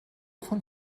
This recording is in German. von